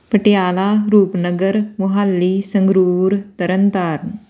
Patiala Rupnagar Mohali Sangrur Tarn Taran